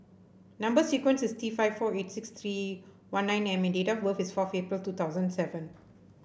number sequence is T five four eight six three one nine M and date of birth is four April two thousand seven